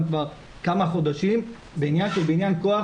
כבר יודעים אותה כמה חודשים בעניין של בניין כוח,